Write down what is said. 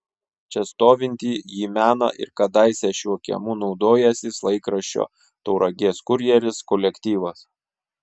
čia stovintį jį mena ir kadaise šiuo kiemu naudojęsis laikraščio tauragės kurjeris kolektyvas